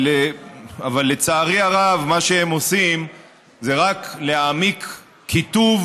אבל לצערי הרב מה שהם עושים זה רק להעמיק קיטוב